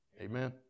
amen